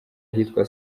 ahitwa